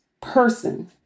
person